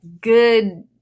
good